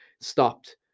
stopped